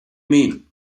mean